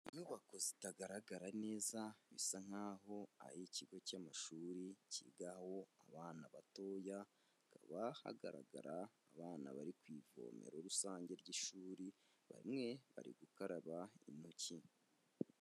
Inyubako zitagaragara neza bisa nk'aho ari ikigo cy'amashuri kigaho abana batoya, hakaba hagaragara abana bari ku ivome rusange ry'ishuri, bamwe bari gukaraba intoki.